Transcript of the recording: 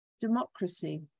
democracy